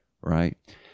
Right